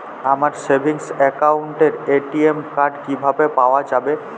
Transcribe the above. আমার সেভিংস অ্যাকাউন্টের ATM card কিভাবে পাওয়া যাবে?